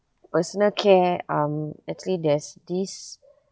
personal care um actually there's this